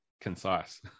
concise